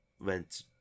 went